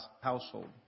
household